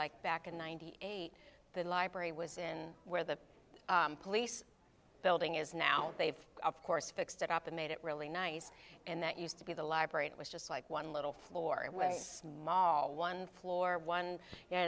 like back in ninety eight the library was in where the police building is now they've of course fixed it up and made it really nice and that used to be the library it was just like one little floor with small one floor one you